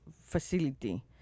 facility